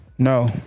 No